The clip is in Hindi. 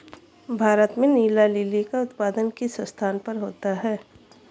भारत में नीला लिली का उत्पादन किस स्थान पर होता है?